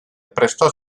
prestò